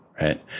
right